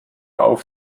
auf